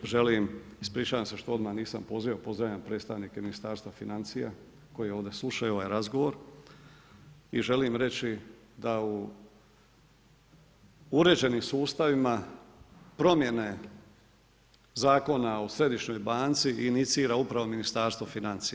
Ispričavam se što odmah nisam pozdravio, pozdravljam predstavnike Ministarstva financija koji ovdje slušaju ovaj razgovor i želim reći da u uređenim sustavima promjene Zakona o središnjoj banci inicira upravo Ministarstvo financija.